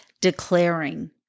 declaring